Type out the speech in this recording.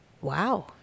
Wow